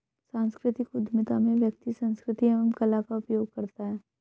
सांस्कृतिक उधमिता में व्यक्ति संस्कृति एवं कला का उपयोग करता है